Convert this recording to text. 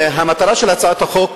המטרה של הצעת החוק